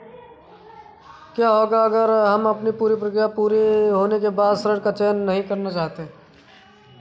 क्या होगा अगर हम पूरी प्रक्रिया पूरी होने के बाद ऋण का चयन नहीं करना चाहते हैं?